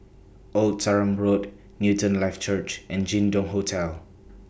Old Sarum Road Newton Life Church and Jin Dong Hotel